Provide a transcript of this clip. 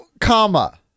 comma